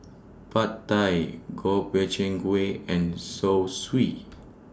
Pad Thai Gob Bey Chang Gui and Zosui